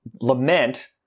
lament